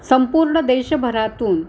संपूर्ण देशभरातून